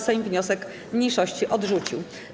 Sejm wniosek mniejszości odrzucił.